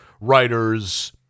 writers